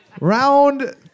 Round